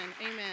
Amen